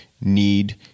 need